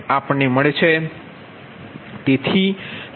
763છે